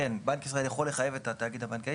בנק ישראל יכול לחייב את התאגיד הבנקאי